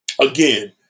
again